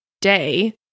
day